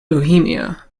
bohemia